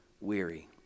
weary